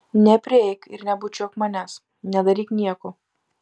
neprieik ir nebučiuok manęs nedaryk nieko